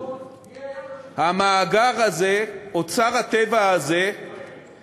מי היה בשלטון, המאגר הזה, אוצר הטבע הזה,